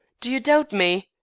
do you doubt me?